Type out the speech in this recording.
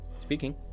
Speaking